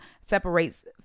separates